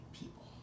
people